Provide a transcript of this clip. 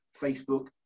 Facebook